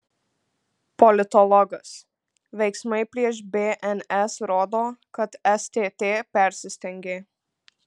politologas veiksmai prieš bns rodo kad stt persistengė